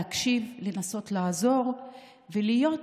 להקשיב, לנסות לעזור ולהיות,